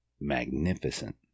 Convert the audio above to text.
magnificent